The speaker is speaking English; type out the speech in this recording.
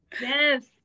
Yes